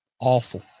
Awful